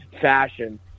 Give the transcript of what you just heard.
fashion